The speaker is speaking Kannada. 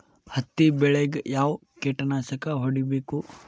ಹತ್ತಿ ಬೆಳೇಗ್ ಯಾವ್ ಕೇಟನಾಶಕ ಹೋಡಿಬೇಕು?